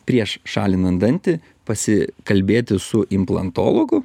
prieš šalinant dantį pasikalbėti su implantologu